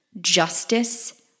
Justice